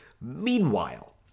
Meanwhile